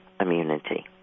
immunity